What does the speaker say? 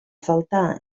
falta